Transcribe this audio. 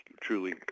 truly